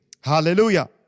Hallelujah